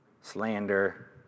slander